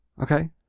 okay